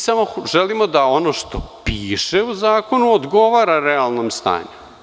Samo želimo da ono što piše u zakonu odgovara realnom stanju.